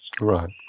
Right